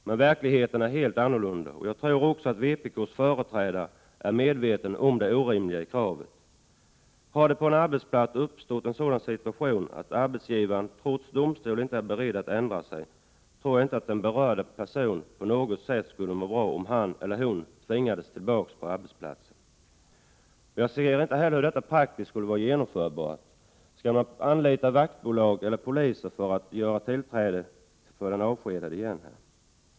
Men verkligheten är helt annorlunda, och jag tror att också vpk:s företrädare är medveten om det orimliga i kravet. Har det på en arbetsplats uppstått en sådan situation att arbetsgivaren trots domstolsutslag inte är beredd att ändra sig, tror jag inte att den berörda personen på något sätt skulle må bra om han eller hon tvingades tillbaka till arbetsplatsen. Jag kan inte heller se hur detta skulle vara praktiskt genomförbart. Skall man anlita vaktbolag eller polis för att bereda den avskedade tillträde igen?